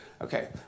Okay